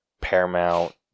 Paramount